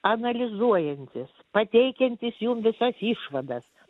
analizuojantys pateikiantys jums visas išvadas